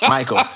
Michael